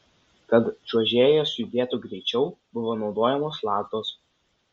kad čiuožėjas judėtų greičiau buvo naudojamos lazdos